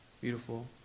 Beautiful